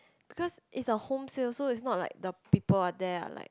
because is the home sale so is not like the people or they are like